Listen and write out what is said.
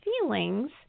feelings